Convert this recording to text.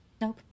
nope